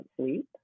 sleep